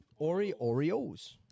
Oreos